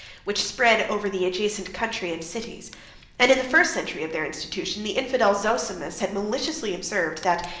which spread over the adjacent country and cities and, in the first century of their institution, the infidel zosimus has maliciously observed, that,